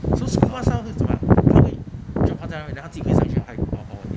so school bus 它会怎么样它会 drop 他在外面 then 他警卫上去 or how you go